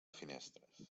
finestres